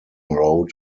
road